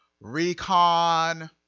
Recon